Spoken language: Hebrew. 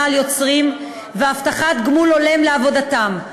על יוצרים והבטחת גמול הולם לעבודתם,